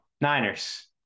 Niners